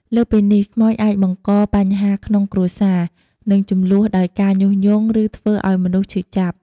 លើសពីនេះ ខ្មោចអាចបង្កបញ្ហាក្នុងគ្រួសារ និងជម្លោះដោយការញុះញង់ ឬធ្វើឱ្យមនុស្សឈឺចាប់។